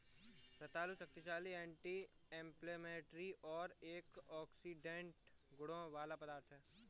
रतालू शक्तिशाली anti inflammatory और एंटीऑक्सीडेंट गुणों वाला पदार्थ है